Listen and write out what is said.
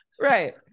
right